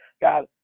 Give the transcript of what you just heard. God